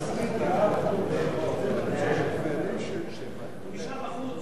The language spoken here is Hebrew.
שמשכיר דירה, הוא נשאר בחוץ.